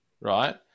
right